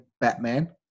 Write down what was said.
Batman